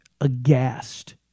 aghast